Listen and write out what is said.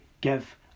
give